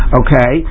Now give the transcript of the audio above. okay